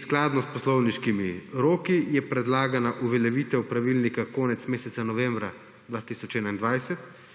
Skladno s poslovniškimi roki je predlagana uveljavitev pravilnika konec meseca novembra 2021